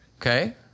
Okay